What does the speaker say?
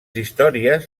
històries